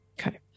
Okay